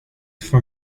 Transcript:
for